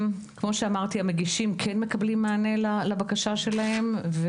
כמו שאמרתי, המגישים כן מקבלים מענה לבקשה שלהם.